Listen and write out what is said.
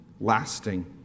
lasting